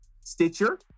Stitcher